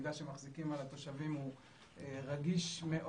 מחזיקים במידע רגיש מאוד על התושבים.